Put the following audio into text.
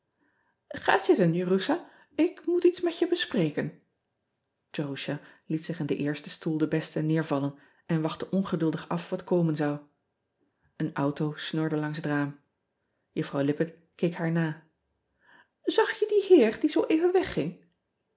a zitten erusha k moet iets met je bespreken erusha liet zich in den eersten stoel den besten neervallen en wachtte ongeduldig af wat komen zou en auto snorde langs het raam uffrouw ippett keek haar na ag je dien heer die zooeven wegging